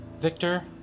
Victor